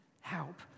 help